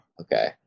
Okay